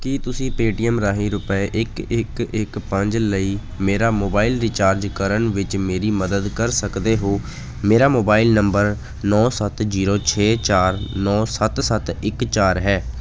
ਕੀ ਤੁਸੀਂ ਪੇਟੀਐੱਮ ਰਾਹੀਂ ਰੁਪਏ ਇੱਕ ਇੱਕ ਇੱਕ ਪੰਜ ਲਈ ਮੇਰਾ ਮੋਬਾਈਲ ਰੀਚਾਰਜ ਕਰਨ ਵਿੱਚ ਮੇਰੀ ਮਦਦ ਕਰ ਸਕਦੇ ਹੋ ਮੇਰਾ ਮੋਬਾਈਲ ਨੰਬਰ ਨੌਂ ਸੱਤ ਜੀਰੋ ਛੇ ਚਾਰ ਨੌਂ ਸੱਤ ਸੱਤ ਇੱਕ ਚਾਰ ਹੈ